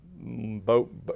boat